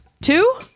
Two